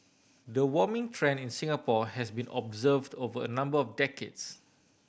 the warming trend in Singapore has been observed over a number of decades